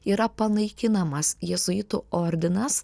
yra panaikinamas jėzuitų ordinas